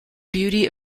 beauty